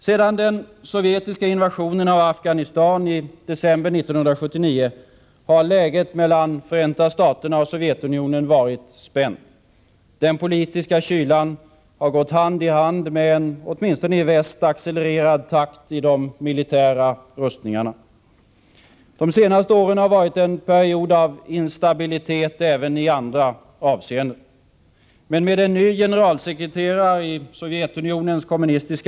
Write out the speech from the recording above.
Sedan den sovjetiska invasionen av Afghanistan i december 1979 har läget mellan Förenta Staterna och Sovjetunionen varit spänt. Den politiska kylan har gått hand i hand med en åtminstone i väst accelererad takt i de militära rustningarna. De senaste åren har varit en period av instabilitet även i andra avseenden. Men med en ny generalsekreterare i Sovjetunionens kommunistisk.